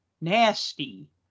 nasty